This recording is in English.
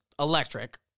Electric